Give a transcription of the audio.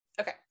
okay